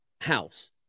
house